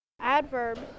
adverbs